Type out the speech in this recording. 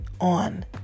on